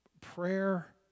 prayer